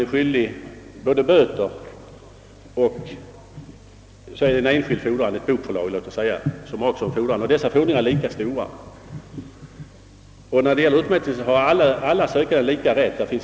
Sångbegåvningarna, herr Lindholm, tror jag vi gemensamt skall kunna rädda.